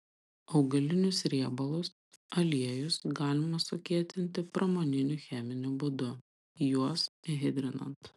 augalinius riebalus aliejus galima sukietinti pramoniniu cheminiu būdu juos hidrinant